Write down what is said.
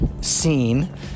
seen